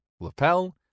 lapel